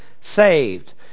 saved